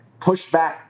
pushback